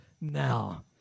now